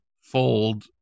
fold